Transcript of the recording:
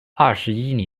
二十一